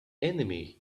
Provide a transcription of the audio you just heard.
enemy